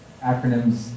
acronyms